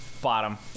bottom